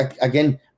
again